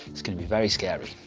its going to be very scary.